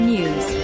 News